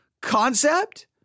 concept